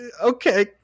okay